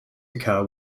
occurs